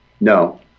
No